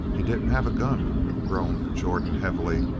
he didn't have a gun, groaned jordan heavily.